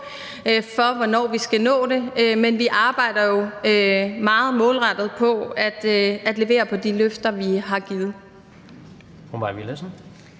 for hvornår vi skal nå det, men vi arbejder jo meget målrettet på at levere på de løfter, vi har givet.